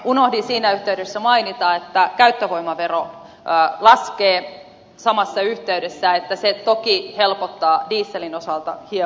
unohdin siinä yhteydessä mainita että käyttövoimavero laskee samassa yhteydessä joten se toki helpottaa dieselin osalta hieman tilannetta